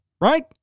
right